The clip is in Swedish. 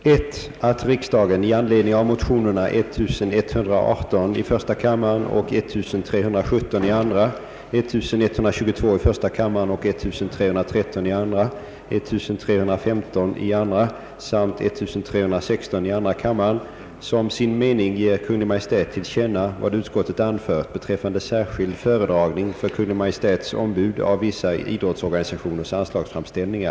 Herr talman! Jag ber att få yrka bifall under p. 3 till motionen 1:50, under p. 6 till motionsparet I: 1115 och II: 1308, under p. 30 till motionsparet I: 1148 och II: 1350 samt under p. 31 till motionsparet 1:78 och II: 94.